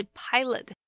pilot，